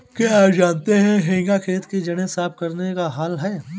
क्या आप जानते है हेंगा खेत की जड़ें साफ़ करने का हल है?